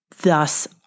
thus